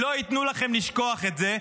לא ייתנו לכם לשכוח את זה.